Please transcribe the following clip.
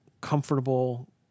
comfortable